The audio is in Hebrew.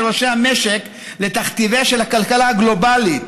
ראשי המשק לתכתיביה של הכלכלה הגלובלית.